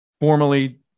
Formally